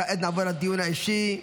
כעת נעבור לדיון האישי.